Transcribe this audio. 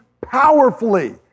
powerfully